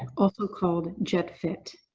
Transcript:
also called jet fit.